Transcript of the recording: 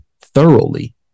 thoroughly